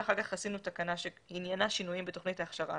ואחר כך עשינו תקנה שעניינה שינויים בתוכנית ההכשרה.